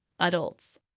adults